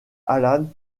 allan